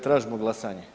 Tražimo glasanje.